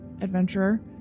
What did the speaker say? adventurer